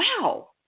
wow